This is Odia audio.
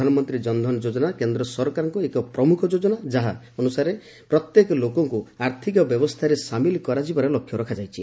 ପ୍ରଧାନମନ୍ତ୍ରୀ ଜନଧନ ଯୋଜନା କେନ୍ଦ୍ର ସରକାରଙ୍କ ଏକ ପ୍ରମୁଖ ଯୋଜନା ଯାହା ଅନୁସାରେ ପ୍ରତ୍ୟେକ ଲୋକଙ୍କୁ ଆର୍ଥକ ବ୍ୟବସ୍ଥାରେ ସାମିଲ କରାଯିବାର ଲକ୍ଷ୍ୟ ରଖାଯାଇଛି